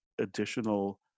additional